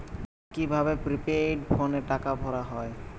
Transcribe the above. কি ভাবে প্রিপেইড ফোনে টাকা ভরা হয়?